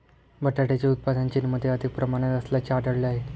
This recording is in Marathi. बटाट्याचे उत्पादन चीनमध्ये अधिक प्रमाणात असल्याचे आढळले आहे